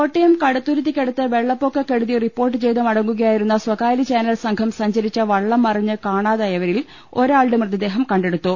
കോട്ടയം കടുത്തുരുത്തിയ്ക്കടുത്ത് വെള്ളപ്പൊക്ക കെടുതി റിപ്പോർട്ട് ചെയ്ത് മടങ്ങുകയായിരുന്ന സ്വകാര്യ ചനൽ സംഘം സഞ്ചരിച്ച വള്ളം മറിഞ്ഞ് കാണാതായവരിൽ ഒരാളുടെ മൃതദേഹം കണ്ടെടുത്തു